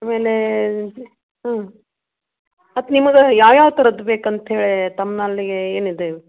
ಆಮೇಲೆ ಹ್ಞೂ ಮತ್ತು ನಿಮಗೆ ಯಾವ್ಯಾವ ಥರದ್ದು ಬೇಕಂತೆ ತಮ್ಮಲ್ಲಿಗೆ ಏನಿದೆ